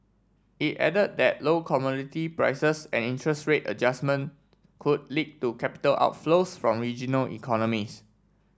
it added that low commodity prices and interest rate adjustment could lead to capital outflows from regional economies